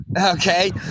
Okay